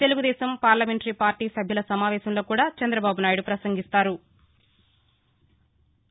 Telugu Desam parliamentary party సభ్యుల సమావేశంలో కూడా చంద్రబాబు నాయుడు పసంగిస్తారు